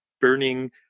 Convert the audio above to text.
burning